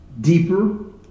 deeper